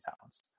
Towns